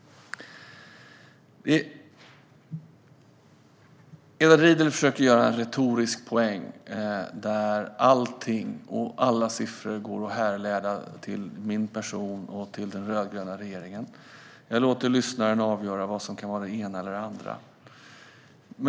Edward Riedl försöker göra en retorisk poäng av att allting och alla siffror går att härleda till min person och till den rödgröna regeringen. Jag låter lyssnaren avgöra vad som kan vara det ena eller det andra.